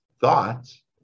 Thoughts